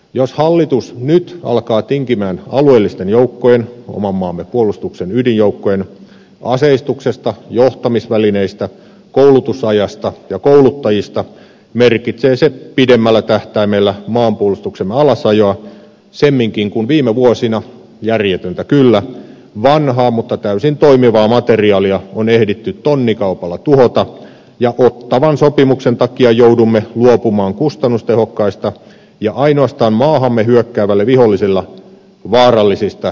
jos hallitus nyt alkaa tinkiä alueellisten joukkojen oman maamme puolustuksen ydinjoukkojen aseistuksesta johtamisvälineistä koulutusajasta ja kouluttajista merkitsee se pidemmällä tähtäimellä maanpuolustuksemme alasajoa semminkin kun viime vuosina järjetöntä kyllä vanhaa mutta täysin toimivaa materiaalia on ehditty tonnikaupalla tuhota ja ottawan sopimuksen takia joudumme luopumaan kustannustehokkaista ja ainoastaan maahamme hyökkäävälle viholliselle vaarallisista jalkaväkimiinoista